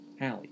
Hallie